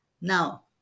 now